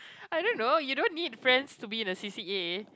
I don't know you don't need friends to be in the C_C_A